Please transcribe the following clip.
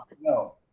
no